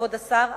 כבוד השר,